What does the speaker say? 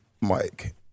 Mike